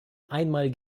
einmal